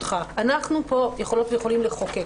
אנחנו פה יכולים לחוקק,